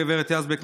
הגברת יזבק,